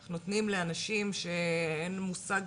איך נותנים לאנשים שאין להם מושג